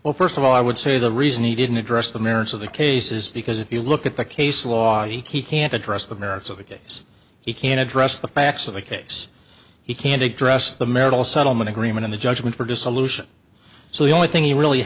well first of all i would say the reason he didn't address the merits of the cases because if you look at the case law he can't address the merits of a case he can address the facts of the case he can't address the marital settlement agreement in the judgment for dissolution so the only thing he really